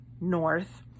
north